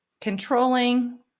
controlling